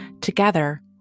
Together